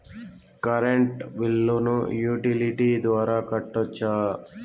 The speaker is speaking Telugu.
కరెంటు బిల్లును యుటిలిటీ ద్వారా కట్టొచ్చా?